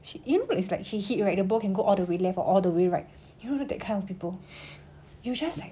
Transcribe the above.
she you know it's like she hit right the ball can go all the way left all the way right you know that kind of people you just